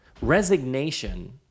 Resignation